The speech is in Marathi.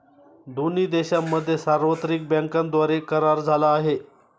दोन्ही देशांमध्ये सार्वत्रिक बँकांद्वारे करार झाला आहे